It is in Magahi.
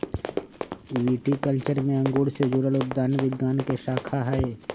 विटीकल्चर में अंगूर से जुड़ल उद्यान विज्ञान के शाखा हई